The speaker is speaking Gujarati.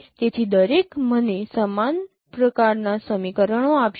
તેથી દરેક મને સમાન પ્રકારનાં સમીકરણો આપશે